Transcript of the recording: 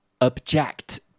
Object